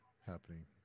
happening